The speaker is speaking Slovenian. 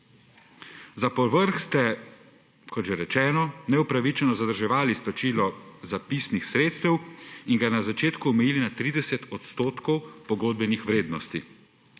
Za povrh ste, kot že rečeno, neupravičeno zadrževali izplačilo zapisnih sredstev in ga na začetku omejili na 30 % pogodbenih vrednosti.